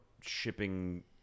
shipping